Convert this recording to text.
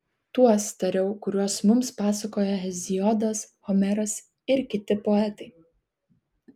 tuos tariau kuriuos mums pasakojo heziodas homeras ir kiti poetai